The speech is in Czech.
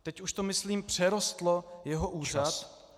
Teď už to, myslím, přerostlo jeho úřad.